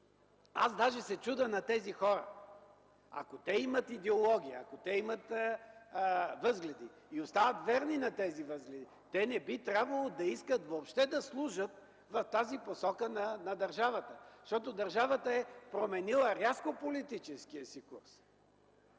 Аз даже се чудя на тези хора! Ако те имат идеология, ако те имат възгледи и остават верни на тези възгледи, те не би трябвало да искат въобще да служат в тази посока на държавата, защото държавата е променила рязко политическия си курс.